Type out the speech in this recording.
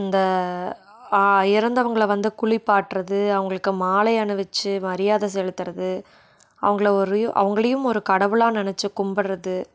அந்த இறந்தவங்களை வந்து குளிப்பாட்டுறது அவங்களுக்கு மாலை அணிவித்து மரியாதை செலுத்துறது அவங்கள ஒரு அவங்களையும் ஒரு கடவுளாக நினச்சு கும்பிட்றது